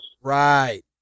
Right